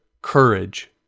courage